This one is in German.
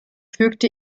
fügte